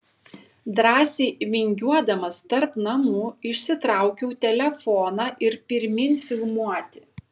drąsiai vingiuodamas tarp namų išsitraukiau telefoną ir pirmyn filmuoti